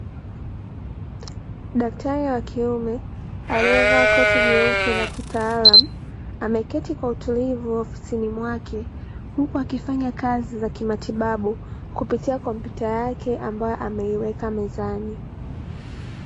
Daktari wa kiume aliyevaa koti jeupe la kitaalamu, ameketi kwa utulivu ofisini mwake, huku akifanya kazi za matibabu kupitia kompyuta yake, ambayo ameiweka mezani.